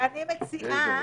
ואני מציעה,